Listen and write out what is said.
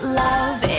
love